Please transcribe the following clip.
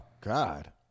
God